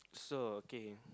so okay